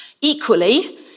Equally